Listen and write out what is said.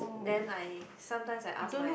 then I sometimes I ask my